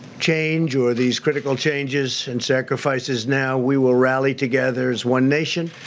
change or these critical changes and sacrifices now, we will rally together as one nation,